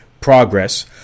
progress